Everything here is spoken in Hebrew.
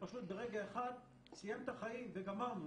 ופשוט ברגע אחד סיים את החיים וגמרנו,